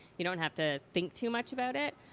you don't have to think too much about it.